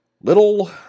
little